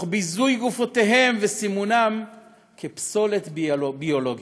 תוך ביזוי גופותיהם וסימונן כפסולת ביולוגית.